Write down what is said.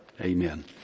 Amen